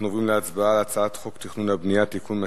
אנחנו עוברים להצבעה על הצעת חוק התכנון והבנייה (תיקון מס'